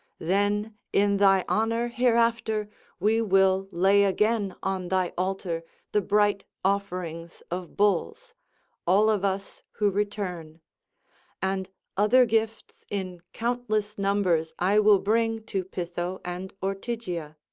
then in thy honour hereafter we will lay again on thy altar the bright offerings of bulls all of us who return and other gifts in countless numbers i will bring to pytho and ortygia.